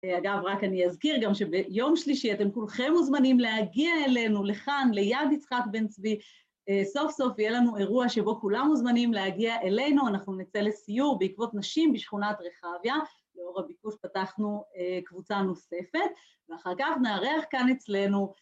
אגב, רק אני אזכיר, גם שביום שלישי אתם כולכם מוזמנים להגיע אלינו לכאן, ליד יצחק בן צבי, סוף סוף יהיה לנו אירוע שבו כולם מוזמנים להגיע אלינו, אנחנו נצא לסיור בעקבות נשים בשכונת רחביה, לאור הביקוש פתחנו קבוצה נוספת, ואחר כך נארח כאן אצלנו,